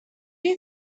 you